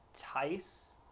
Tice